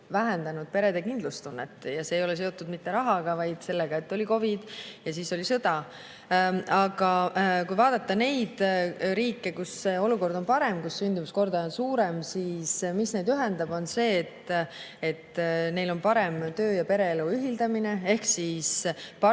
vähendanud perede kindlustunnet. See ei ole seotud rahaga, vaid sellega, et oli COVID ja siis tuli sõda. Aga kui vaadata neid riike, kus olukord on parem ja kus sündimuskordaja on suurem, siis neid ühendab see, et neil on parem töö‑ ja pereelu ühildamine ehk